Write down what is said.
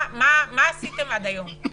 מה עשיתם עד היום?